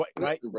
right